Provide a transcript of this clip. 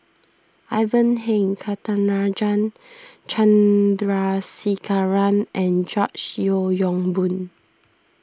Ivan Heng Catarajan Chandrasekaran and George Yeo Yong Boon